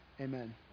Amen